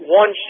one